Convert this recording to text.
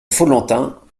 follentin